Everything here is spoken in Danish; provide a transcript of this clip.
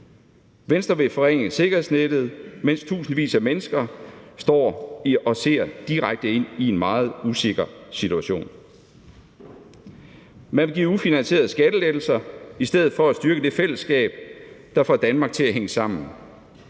Venstre vil forringe sikkerhedsnettet, mens tusindvis af mennesker står og ser direkte ind i en meget usikker situation. Man vil give ufinansierede skattelettelser i stedet for at styrke det fællesskab, der får Danmark til at hænge sammen.